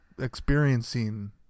experiencing